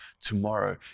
tomorrow